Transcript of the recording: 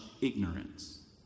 ignorance